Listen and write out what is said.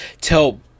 tell